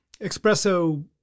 espresso –